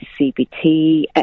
CBT